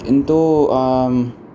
किन्तु आं